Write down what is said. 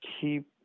keep